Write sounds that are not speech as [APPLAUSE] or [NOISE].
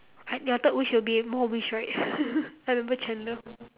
I ya third wish will be more wish right [LAUGHS]